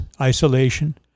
isolation